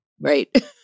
Right